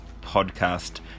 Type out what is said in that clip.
podcast